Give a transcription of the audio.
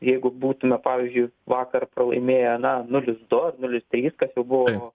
jeigu būtume pavyzdžiui vakar pralaimėję na nulis du nulis trys kas jau buvo